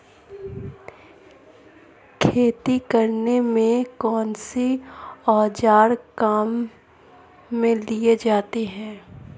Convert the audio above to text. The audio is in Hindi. खेती करने में कौनसे औज़ार काम में लिए जाते हैं?